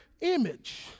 image